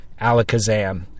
Alakazam